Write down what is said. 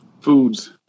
foods